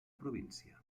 província